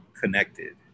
connected